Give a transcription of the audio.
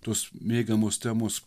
tos mėgiamos temos